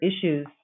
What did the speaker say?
issues